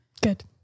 Good